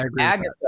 Agatha